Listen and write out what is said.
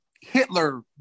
Hitler